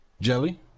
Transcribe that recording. Jelly